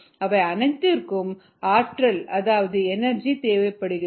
அவை அனைத்திற்கும் ஆற்றல் அதாவது எனர்ஜி தேவைப்படுகிறது